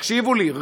תקשיבו לי,